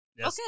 Okay